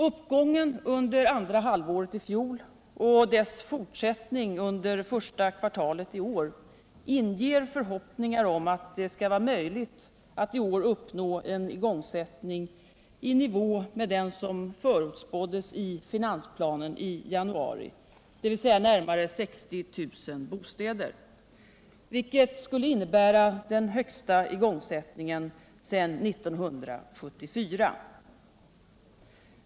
Uppgången under andra halvåret i fjol och dess fortsättning under första kvartalet i år inger förhoppningar om att det skall vara möjligt att iår uppnå en igångsättning i nivå med den som förutspåddes i finansplanen i januari, dvs. närmare 60 000 bostäder, vilket skulle innebära den högsta igångsättningen sedan 1974.